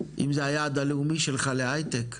אם זה היעד הלאומי שלך להייטק,